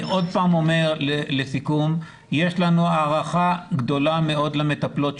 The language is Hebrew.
לסיכום אני שוב אומר שיש לנו ערכה גדולה מאוד למטפלות,